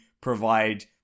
provide